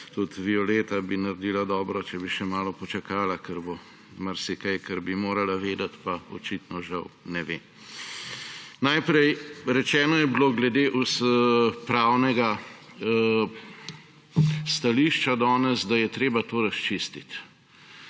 Tudi Violeta bi naredila dobro, če bi še malo počakala, ker bo marsikaj, kar bi morala vedeti, pa očitno žal ne ve. Najprej. Rečeno je bilo glede pravnega stališča danes, da je treba to razčistiti.